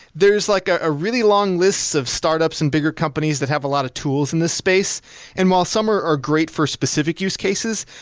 there's like ah a really long lists of startups and bigger companies that have a lot of tools in this space and while some are are great for specific use cases,